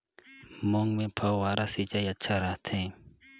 मूंग मे फव्वारा सिंचाई अच्छा रथे?